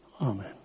Amen